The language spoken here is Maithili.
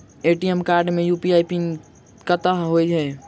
ए.टी.एम कार्ड मे यु.पी.आई पिन कतह होइ है?